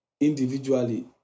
individually